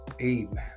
Amen